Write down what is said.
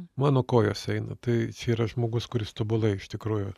mano kojos eina tai čia yra žmogus kuris tobulai iš tikrųjų